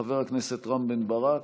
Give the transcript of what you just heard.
חבר הכנסת רם בן ברק.